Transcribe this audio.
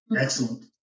Excellent